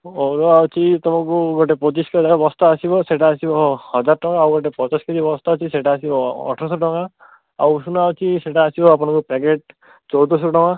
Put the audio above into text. ଅରୁଆ ଅଛି ତମକୁ ଗୋଟେ ପଚିଶ କିଲିଆ ବସ୍ତା ଆସିବା ସେଟା ଆସିବା ହଜାରେ ଟଙ୍କା ଆଉ ଗୋଟେ ପଚାଶ କେଜି ବସ୍ତା ଆସିବ ସେଟା ଆସିବା ଅଠରଶହ ଟଙ୍କା ଆଉ ଉଷୁନା ଅଛି ସେଟା ଆସିବା ଆପଣଙ୍କୁ ପ୍ୟାକେଟ୍ ଚଉଦଶହ ଟଙ୍କା